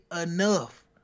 enough